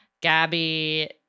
Gabby